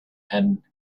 and